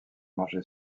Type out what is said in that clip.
marché